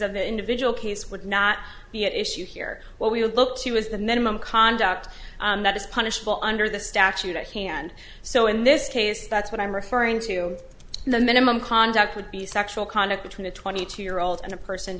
of the individual case would not be at issue here what we looked she was the minimum conduct that is punishable under the statute at hand so in this case that's what i'm referring to the minimum conduct would be sexual conduct between a twenty two year old and a person